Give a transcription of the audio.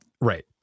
Right